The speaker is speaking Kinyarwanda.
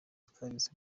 atagize